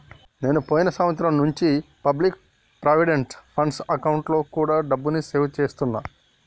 నేను పోయిన సంవత్సరం నుంచి పబ్లిక్ ప్రావిడెంట్ ఫండ్ అకౌంట్లో కూడా డబ్బుని సేవ్ చేస్తున్నా